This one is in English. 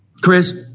Chris